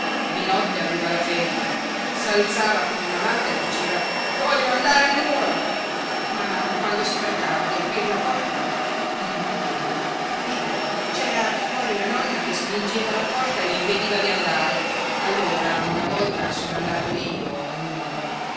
di notte aveva la febbre s'alzava come una matta e diceva voglio andare a nuoro ma quando si trattava di aprir la porta non poteva capite c'era fuori la nonna che spingeva la porta e le impediva di andare allora una volta sono andato io a nuoro